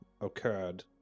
occurred